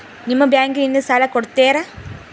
ನಿಮ್ಮ ಬ್ಯಾಂಕಿನಿಂದ ಸಾಲ ಕೊಡ್ತೇರಾ?